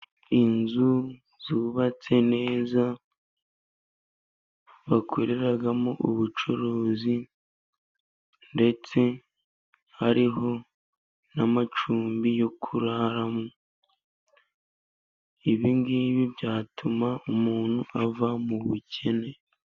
Inzu zubatse neza bakoreramo ubucuruzi ndetse hariho n'amacumbi yo kuraramo. Ibi ngibi byatuma umuntu ava mu bukene.